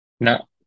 No